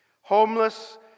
Homeless